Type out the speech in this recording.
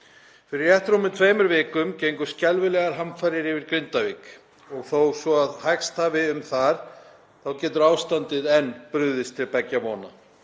Fyrir rétt rúmum tveimur vikum gengu skelfilegar hamfarir yfir Grindavík og þó svo að hægst hafi um þar þá getur ástandið enn brugðið til beggja vona.